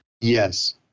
Yes